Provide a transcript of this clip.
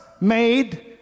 made